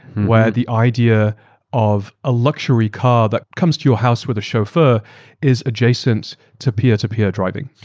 where the idea of a luxury car that comes to your house with a chauffeur is adjacent to peer-to-peer driving.